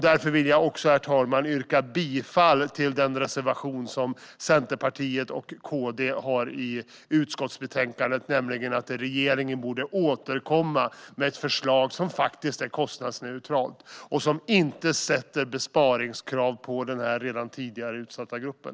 Därför vill jag också, herr talman, yrka bifall till reservationen från Centerpartiet och Kristdemokraterna i utskottets betänkande, nämligen att regeringen borde återkomma med ett förslag som är kostnadsneutralt och som inte ställer besparingskrav på den här redan tidigare utsatta gruppen.